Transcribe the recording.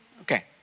Okay